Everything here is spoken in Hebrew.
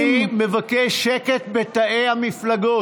אני מבקש שקט בתאי המפלגות.